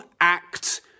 act